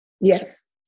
Yes